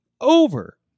over